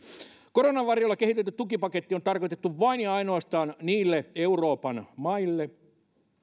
koronan varjolla kehitetty tukipaketti on tarkoitettu vain ja ainoastaan niille euroopan maille